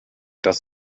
das